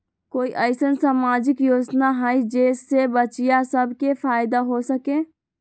कोई अईसन सामाजिक योजना हई जे से बच्चियां सब के फायदा हो सके?